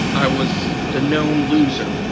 i was the known loser.